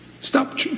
Stop